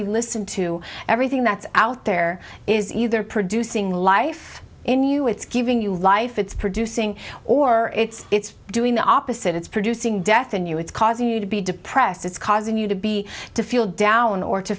we listen to everything that's out there is either producing life in you it's giving you life it's producing or it's doing the opposite it's producing death in you it's causing you to be depressed it's causing you to be to feel down or to